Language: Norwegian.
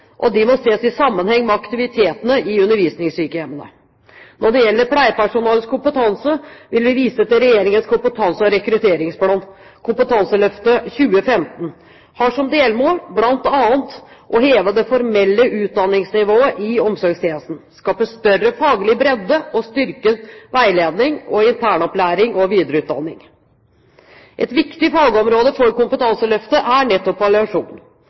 og de må ses i sammenheng med aktiviteten i undervisningssykehjemmene. Når det gjelder pleiepersonalets kompetanse, vil vi vise til Regjeringens kompetanse- og rekrutteringsplan Kompetanseløftet 2015, som har som delmål bl.a. å heve det formelle utdanningsnivået i omsorgstjenesten, skape større faglig bredde og styrke veiledning, internopplæring og videreutdanning. Et viktig fagområde for kompetanseløftet er nettopp